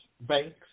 banks